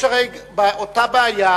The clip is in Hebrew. יש, הרי, אותה בעיה